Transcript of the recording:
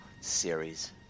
series